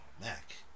Mac